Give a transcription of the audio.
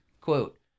Quote